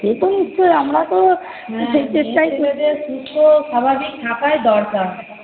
সে তো নিশ্চয় আমরাতো টাই ছেলেদের সুস্থ স্বাভাবিক থাকাই দরকার